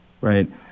right